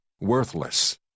worthless